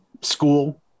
school